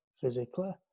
physically